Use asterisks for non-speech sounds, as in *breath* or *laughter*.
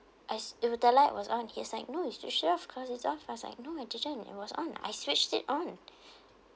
as if the light was on he is like no you just switched off cause it's off but I know I didn't it was on I switched it on *breath*